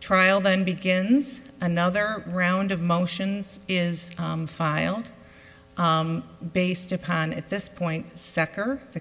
trial then begins another round of motions is filed based upon at this point secor the